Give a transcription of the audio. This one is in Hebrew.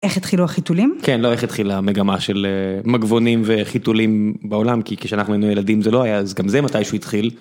איך התחילו החיתולים? כן, לא איך התחילה המגמה של מגבונים וחיתולים בעולם, כי כשאנחנו היינו ילדים זה לא היה, אז גם זה מתישהו התחיל.